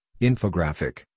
infographic